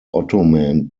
ottoman